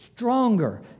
stronger